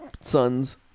son's